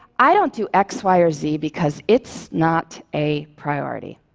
i don't do x, y or z because it's not a priority.